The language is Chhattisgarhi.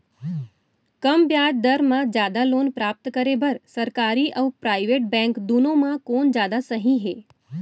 कम ब्याज दर मा जादा लोन प्राप्त करे बर, सरकारी अऊ प्राइवेट बैंक दुनो मा कोन जादा सही हे?